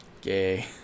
gay